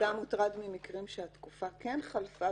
אבל אתה מוטרד ממקרים שהתקופה כן חלפה